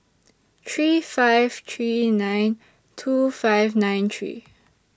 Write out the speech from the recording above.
three five three nine two five nine three